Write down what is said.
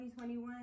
2021